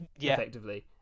effectively